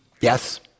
Yes